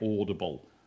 Audible